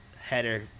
header